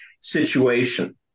situation